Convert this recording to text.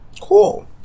Cool